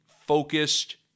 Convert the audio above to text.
focused